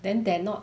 then dare not